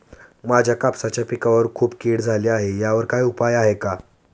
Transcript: माझ्या कापसाच्या पिकावर खूप कीड झाली आहे यावर काय उपाय आहे का?